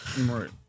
right